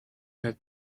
had